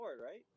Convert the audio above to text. right